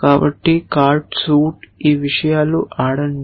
కాబట్టి card suit ఈ విషయాలు ఆడండి